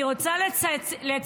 אני רוצה לציין